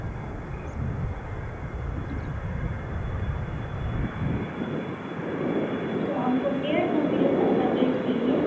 اچھا تو ہم کو ڈیڑھ سو کلو تک کا گیٹ چاہیے